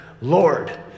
Lord